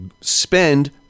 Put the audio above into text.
spend